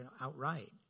outright